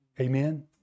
Amen